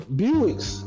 buick's